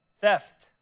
theft